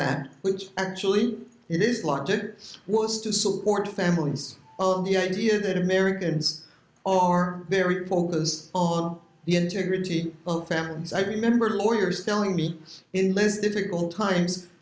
that which actually it is logic was to support families of the idea that americans are very focused on the integrity both hands i remember lawyers telling me in those difficult times